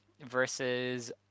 versus